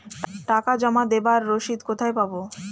টাকা জমা দেবার রসিদ কোথায় পাব?